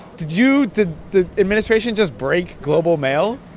did you did the administration just break global mail?